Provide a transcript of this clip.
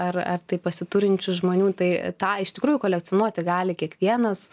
ar ar tai pasiturinčių žmonių tai tą iš tikrųjų kolekcionuoti gali kiekvienas